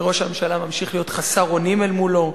וראש הממשלה ממשיך להיות חסר אונים אל מולו,